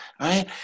right